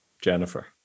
Jennifer